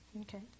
okay